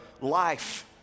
life